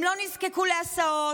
הם לא נזקקו להסעות,